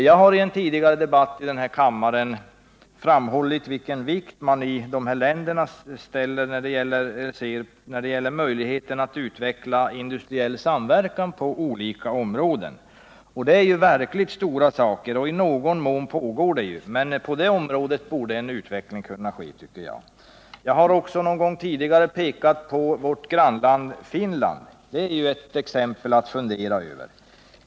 Jag har i en tidigare debatt i den här kammaren framhållit vilken vikt man i de aktuella länderna fäster vid möjligheterna att utveckla industriell samverkan på olika områden. Det rör ju verkligt stora saker, och i någon mån pågår sådant samarbete, men en utveckling på det området borde kunna ske. Jag har någon gång tidigare tagit ett exempel från vårt grannland Finland. Det är ett exempel att fundera över.